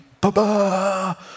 ba-ba